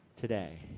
today